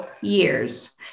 years